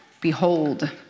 behold